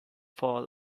fall